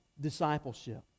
discipleship